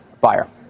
Buyer